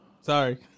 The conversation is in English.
sorry